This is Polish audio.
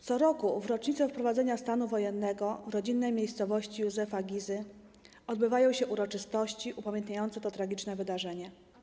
Co roku w rocznicę wprowadzenia stanu wojennego w rodzinnej miejscowości Józefa Gizy odbywają się uroczystości upamiętniające to tragiczne wydarzenie.